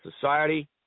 society